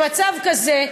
במצב כזה,